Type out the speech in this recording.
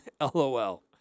LOL